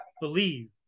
believe